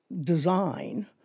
design